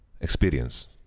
experience